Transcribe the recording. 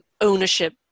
ownership